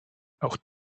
auch